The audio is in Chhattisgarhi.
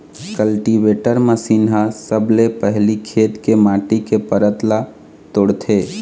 कल्टीवेटर मसीन ह सबले पहिली खेत के माटी के परत ल तोड़थे